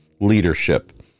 leadership